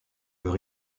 leur